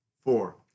four